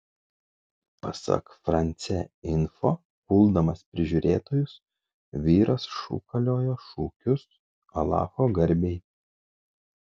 pasak france info puldamas prižiūrėtojus vyras šūkaliojo šūkius alacho garbei